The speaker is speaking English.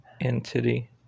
entity